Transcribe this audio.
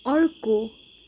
अर्को